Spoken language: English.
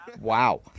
Wow